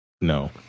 No